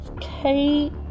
Kate